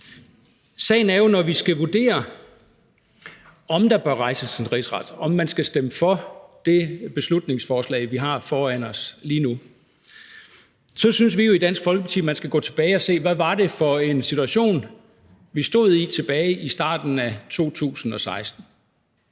at når vi skal vurdere, om der bør rejses en rigsretssag, altså om man skal stemme for det beslutningsforslag, vi har foran os lige nu, så skal vi gå tilbage og se på, hvad det var for en situation, vi stod i tilbage i starten af 2016.